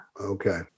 okay